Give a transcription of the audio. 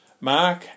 Mark